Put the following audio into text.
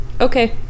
okay